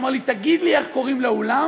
הוא אמר לי: תגיד לי איך קוראים לאולם,